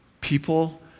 People